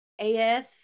AF